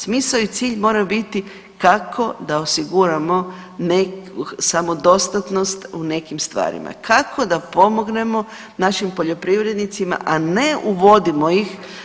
Smisao i cilj mora biti kako da osiguramo samodostatnost u nekim stvarima, kako da pomognemo našim poljoprivrednicima, a ne uvodimo ih.